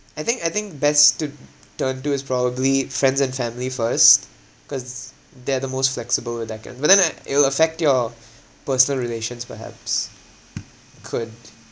I think I think best to turn to is probably friends and family first cause they are the most flexible where they can but then like it will affect your personal relations perhaps could